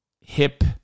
hip